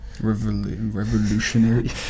revolutionary